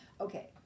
okay